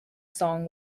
song